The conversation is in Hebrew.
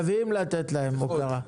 אנחנו מתאווים לתת להם הוקרה.